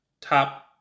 top